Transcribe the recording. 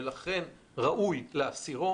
ולכן ראוי להסירו.